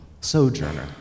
Sojourner